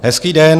Hezký den.